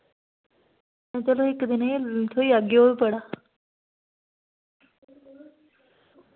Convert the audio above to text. चलो इक दिने दी थोई जाह्ग ओह् बी बड़ा